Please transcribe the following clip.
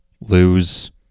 lose